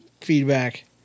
feedback